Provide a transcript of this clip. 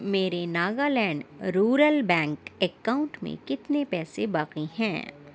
میرے Nagaland rural bank account میں کتنے پیسے باقی ہیں